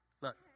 Look